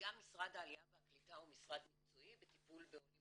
גם משרד העלייה והקליטה הוא משרד מקצועי בטיפול בעולים